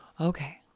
Okay